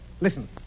Listen